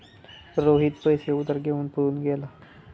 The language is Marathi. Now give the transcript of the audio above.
रोहित पैसे उधार घेऊन पळून गेला